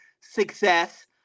success